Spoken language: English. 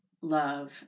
love